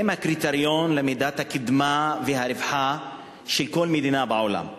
הם הקריטריון למידת הקדמה והרווחה של כל מדינה בעולם.